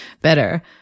better